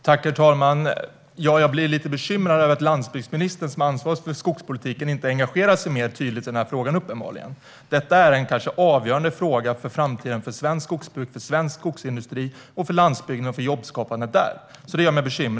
Herr talman! Jag blir lite bekymrad över att landsbygdsministern som är ansvarig för skogspolitiken uppenbarligen inte engagerar sig mer tydligt i frågan. Detta är kanske en avgörande framtidsfråga för svenskt skogsbruk, svensk skogsindustri och för landsbygden och jobbskapandet där. Detta gör mig bekymrad.